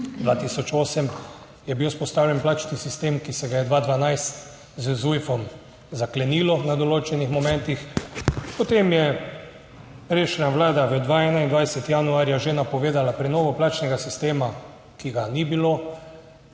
2008 je bil vzpostavljen plačni sistem, ki se ga je 2. 12 z ZUJF om zaklenilo na določenih momentih. Potem je prejšnja vlada v 2021 januarja že napovedala prenovo plačnega sistema, ki ga ni bilo.